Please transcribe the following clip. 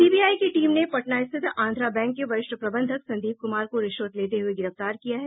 CBI की team ने पटना स्थित आंध्रा बैंक के वरिष्ठ प्रबंधक संदीप कुमार को रिश्वत लेते हुये गिरफ्तार किया है